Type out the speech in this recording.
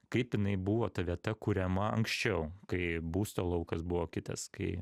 kaip jinai buvo ta vieta kuriama anksčiau kai būsto laukas buvo kitas kai